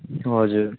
हजुर